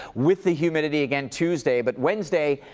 with the humidity again tuesday. but wednesday,